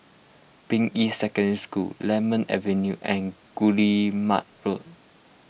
Ping Yi Secondary School Lemon Avenue and Guillemard Road